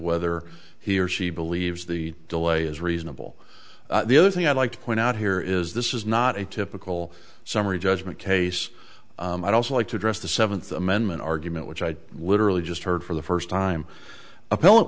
whether he or she believes the delay is reasonable the other thing i'd like to point out here is this is not a typical summary judgment case i'd also like to address the seventh amendment argument which i literally just heard for the first time appell